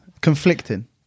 conflicting